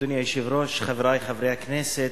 אדוני היושב-ראש, חברי חברי הכנסת,